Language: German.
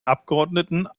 abgeordneten